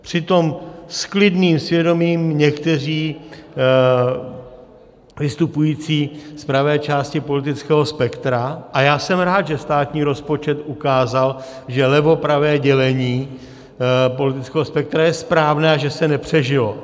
Přitom s klidným svědomím někteří vystupující z pravé části politického spektra a já jsem rád, že státní rozpočet ukázal, že levopravé dělení politického spektra je správné a že se nepřežilo.